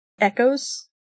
echoes